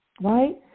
right